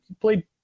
played